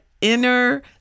inner